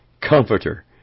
Comforter